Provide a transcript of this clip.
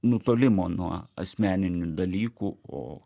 nutolimo nuo asmeninių dalykų o